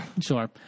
Sure